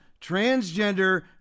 transgender